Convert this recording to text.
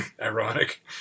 Ironic